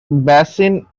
basin